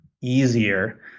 easier